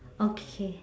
okay